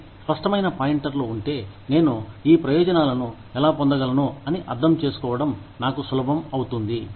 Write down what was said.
కాబట్టి స్పష్టమైన పాయింటర్లు ఉంటే నేను ఈ ప్రయోజనాలను ఎలా పొందగలను అని అర్థం చేసుకోవడం నాకు సులభం అవుతుంది